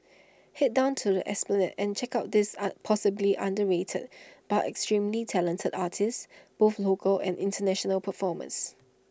Head down to the esplanade and check out these are possibly underrated but extremely talented artists both local and International performance